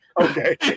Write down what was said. Okay